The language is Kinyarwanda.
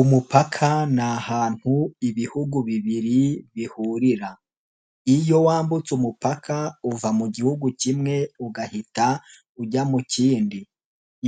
Umupaka ni ahantu ibihugu bibiri bihurira, iyo wambutse umupaka uva mu gihugu kimwe ugahita ujya mu kindi,